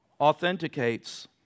authenticates